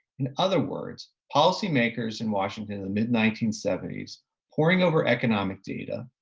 in other words, policymakers in washington in the mid nineteen seventy s pouring over economic data,